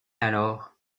alors